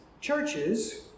churches